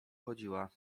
chodziła